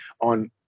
on